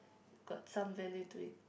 got some value to it